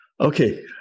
Okay